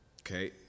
Okay